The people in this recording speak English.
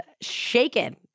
shaken